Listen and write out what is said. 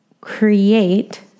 create